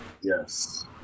Yes